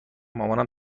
مامانم